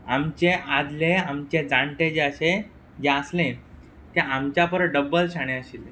आमचे आदले आमचे जाणटे जे अशे जे आसले ते आमच्या पर डब्बल शाणे आशिल्ले